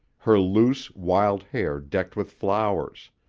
her loose, wild hair decked with flowers